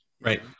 right